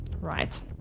Right